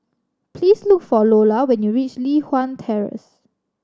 please look for Loula when you reach Li Hwan Terrace